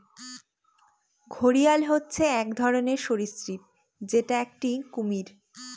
ঘড়িয়াল হচ্ছে এক ধরনের সরীসৃপ যেটা একটি কুমির